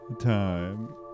Time